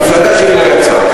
המפלגה שלי לא יצאה.